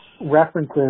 references